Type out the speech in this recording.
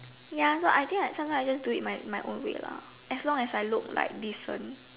ya so I think I sometimes I just do it my my own way lah as long as I look like decent